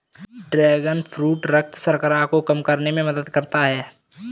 dragon fruit रक्त शर्करा को कम करने में मदद करता है